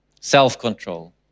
self-control